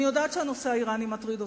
אני יודעת שהנושא האירני מטריד אותך,